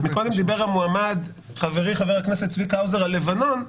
מקודם דיבר המועמד חברי חבר הכנסת צביקה האוזר על לבנון.